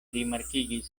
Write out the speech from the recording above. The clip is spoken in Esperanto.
rimarkigis